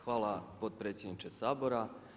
Hvala potpredsjedniče Sabora.